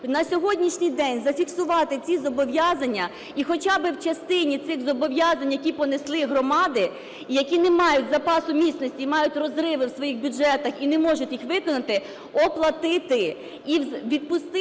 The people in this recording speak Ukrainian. на сьогоднішній день зафіксувати ці зобов'язання і хоча би в частині цих зобов'язань, які понесли громади, які не мають запасу міцності і мають розриви в своїх бюджетах і не можуть їх виконати, оплатити і відпустити